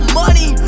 money